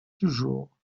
toujours